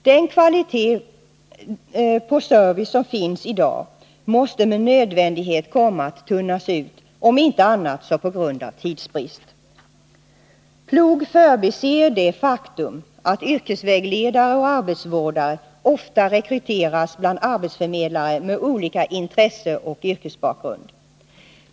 Den kvalitet på service som finns i dag måste med nödvändighet komma att tunnas ut, om inte annat på grund av tidsbrist. PLOG förbiser det faktum att yrkesvägledare och arbetsvårdare ofta rekryteras bland arbetsförmedlare med olika intresseoch yrkesbakgrund.